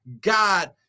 God